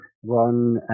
one